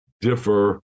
differ